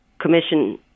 Commission